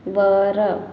वर